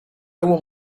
one